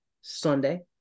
Sunday